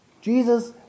Jesus